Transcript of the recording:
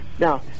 Now